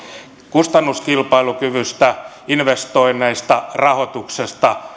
kustannuskilpailukyvystä investoinneista rahoituksesta